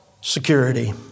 security